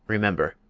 remember,